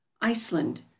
iceland